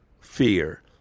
fear